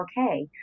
okay